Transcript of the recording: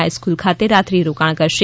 high school ખાતે રાત્રી રોકાણ કરશે